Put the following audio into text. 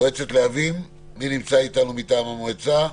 מועצת להבים, מי נמצא איתנו מטעם מועצה?